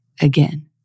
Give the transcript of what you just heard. again